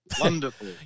Wonderful